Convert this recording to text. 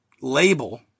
label